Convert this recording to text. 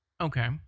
Okay